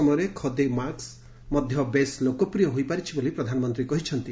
ସେହିପରି କରୋନା ସମୟରେ ଖଦୀ ମାସ୍କ ମଧ୍ୟ ବେଶ୍ ଲୋକପ୍ରିୟ ହୋଇପାରିଛି ବୋଲି ପ୍ରଧାନମନ୍ତ୍ରୀ କହିଛନ୍ତି